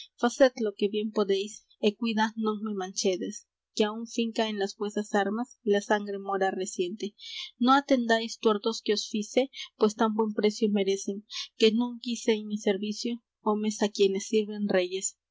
tollescen facedlo que bien podéis é cuidá non me manchedes que aún finca en las vuesas armas la sangre mora reciente no atendáis tuertos que os fice pues tan buen precio merecen que non quise en mi servicio homes á quien sirven reyes